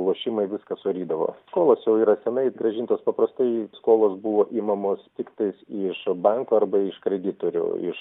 lošimai viską surydavo skolos jau yra senai grąžintos paprastai skolos buvo imamos tiktais iš banko arba iš kreditorių iš